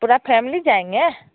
पूरा फैमिली जाएँगे